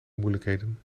moeilijkheden